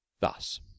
thus